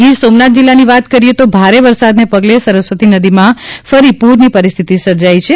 ગીર સોમનાથ જિલ્લાની વાત કરીએ તો ભારે વરસાદને પગલે સરસ્વતી નદીમાં ફરી પૂરની પરિસ્થિતિ સર્જાઇ છે